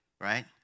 right